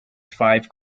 five